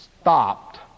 stopped